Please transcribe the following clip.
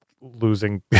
losing